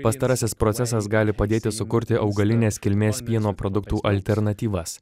pastarasis procesas gali padėti sukurti augalinės kilmės pieno produktų alternatyvas